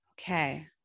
okay